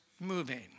moving